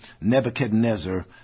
Nebuchadnezzar